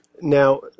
Now